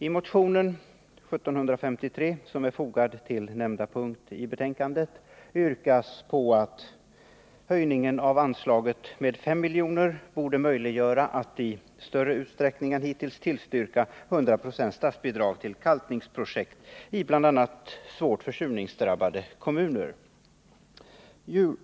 I motion 1753, som behandlas under nämnda punkt i betänkandet, yrkas att riksdagen skall uttala att en höjning av anslaget med 5 milj.kr. borde möjliggöra för fiskeristyrelsen att i större utsträckning än hittills tillstyrka 100 9 i statsbidrag till kalkningsprojekt i bl.a. svårt försurningsdrabbade kommuner.